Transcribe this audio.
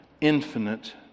infinite